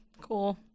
cool